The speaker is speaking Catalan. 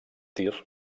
tir